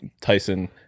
Tyson